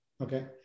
Okay